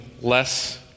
less